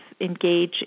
engage